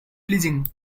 pleasing